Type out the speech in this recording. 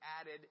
added